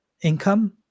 income